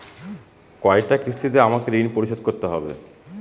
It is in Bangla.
কয়টা কিস্তিতে আমাকে ঋণ পরিশোধ করতে হবে?